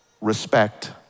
respect